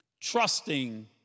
trusting